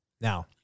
Now